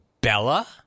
Bella